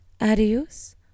Adios